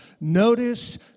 Notice